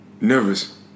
nervous